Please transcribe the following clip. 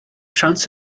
siawns